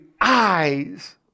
eyes